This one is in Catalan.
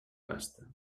pasta